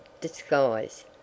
disguise